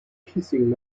kissing